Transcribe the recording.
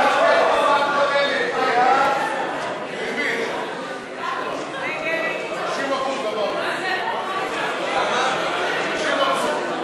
ועמלות, לשנת התקציב 2016, כהצעת הוועדה, נתקבל.